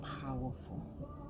powerful